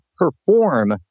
perform